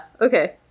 okay